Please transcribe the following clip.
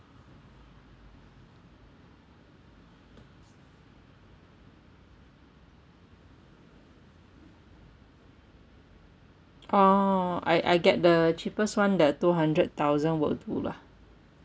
orh I I get the cheapest [one] the two hundred thousand will do lah